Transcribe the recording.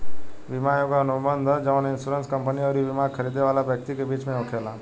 बीमा एगो अनुबंध ह जवन इन्शुरेंस कंपनी अउरी बिमा खरीदे वाला व्यक्ति के बीच में होखेला